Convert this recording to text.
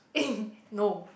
eh no